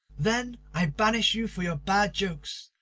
then i banish you for your bad jokes.